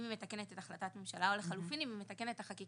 אם היא מתקנת את החלטת הממשלה או לחלופין אם היא מתקנת את החקיקה.